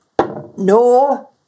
no